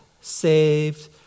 saved